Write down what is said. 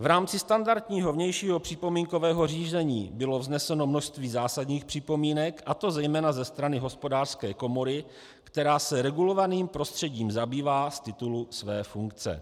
V rámci standardního vnějšího připomínkového řízení bylo vzneseno množství zásadních připomínek, a to zejména ze strany Hospodářské komory, která se regulovaným prostředím zabývá z titulu své funkce.